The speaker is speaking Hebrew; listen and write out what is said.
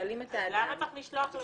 אז למה צריך לשלוח לרופאים?